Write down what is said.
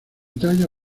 talla